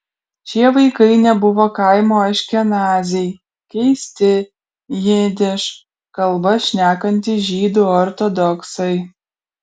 šie vaikai nebuvo kaimo aškenaziai keisti jidiš kalba šnekantys žydų ortodoksai